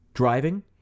driving